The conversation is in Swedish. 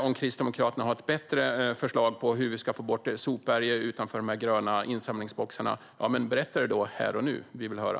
Om Kristdemokraterna har ett bättre förslag på hur vi ska få bort sopberget utanför de gröna insamlingsboxarna, berätta det då här och nu! Vi vill höra.